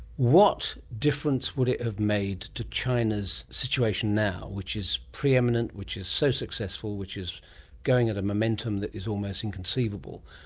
what difference would it have made to china's situation now which is preeminent, which is so successful which is going at a momentum which is almost inconceivable,